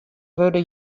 wurde